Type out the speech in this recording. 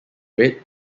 red